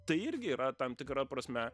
tai irgi yra tam tikra prasme